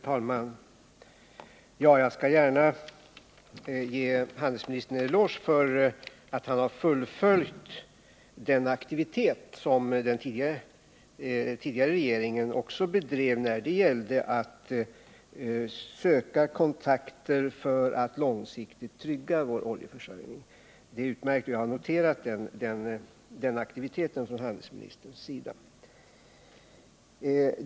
Herr talman! Jag skall gärna ge handelsministern en eloge för att han har fullföljt den aktivitet som den tidigare regeringen bedrev när det gällde att söka kontakter för att långsiktigt trygga vår oljeförsörjning. Det är utmärkt. Jag har noterat den aktiviteten från handelsministerns sida.